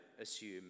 assume